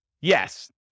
Yes